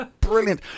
brilliant